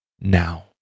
now